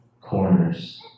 corners